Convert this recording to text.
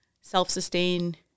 self-sustain